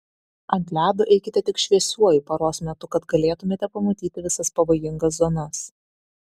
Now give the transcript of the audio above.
ant ledo eikite tik šviesiuoju paros metu kad galėtumėte pamatyti visas pavojingas zonas